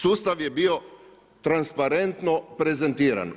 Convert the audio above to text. Sustav je bio transparentno prezentiran.